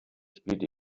spielt